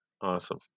Awesome